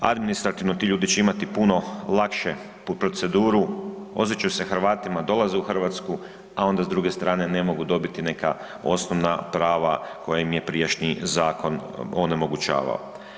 Administrativno ti ljudi će imati puno lakšu proceduru, osjećaju se Hrvatima, dolaze u Hrvatsku, a onda s druge strane ne mogu dobiti neka osnovna prava koja im je prijašnji zakon onemogućavao.